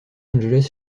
angeles